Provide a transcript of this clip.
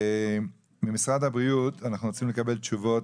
ממשרד הבריאות אנחנו רוצים לקבל תשובות